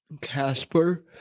Casper